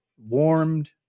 warmed